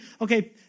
okay